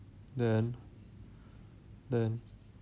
then then